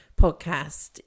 podcast